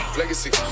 legacy